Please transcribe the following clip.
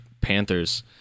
Panthers